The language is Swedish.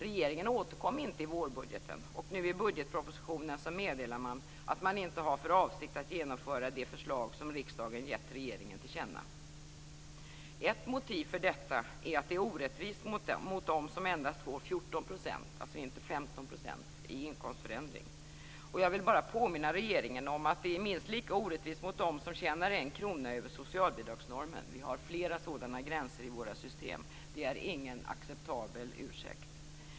Regeringen återkom inte i vårbudgeten, och nu i budgetpropositionen meddelar man att man inte har för avsikt att genomföra det förslag som riksdagen gett regeringen till känna. Ett motiv för detta är att det är orättvist mot dem som endast får 14 %, alltså inte 15 %, i inkomstförändring. Jag vill bara påminna regeringen om att det är minst lika orättvist för dem som tjänar en krona över socialbidragsnormen. Vi har flera sådana gränser i våra system. Det är ingen acceptabel ursäkt.